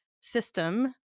system